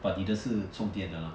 but 你的是充电的啦